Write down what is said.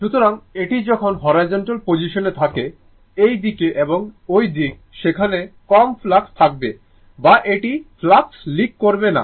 সুতরাং এটি যখন হরাইজন্টাল পজিশনে থাকে এই দিক এবং ওই দিক সেখানে কম ফ্লাক্স থাকবে বা এটি ফ্লাক্স লিক করবে না